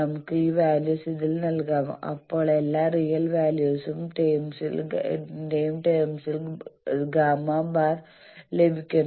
നമുക്ക് ഈ വാല്യൂസ് ഇതിൽ നൽകാം അപ്പോൾ എല്ലാ റിയൽ വാല്യൂസ്ന്റെയും ടേമ്സിൽ ഗാമാ Γ ബാർ ലഭിക്കും